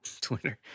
Twitter